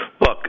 Look